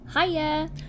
Hiya